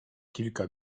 kilka